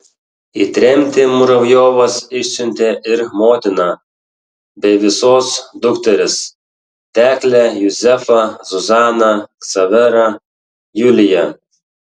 į tremtį muravjovas išsiuntė ir motiną bei visos dukteris teklę juzefą zuzaną ksaverą juliją